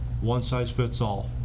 one-size-fits-all